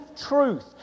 truth